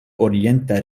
orienta